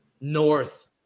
North